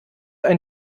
ein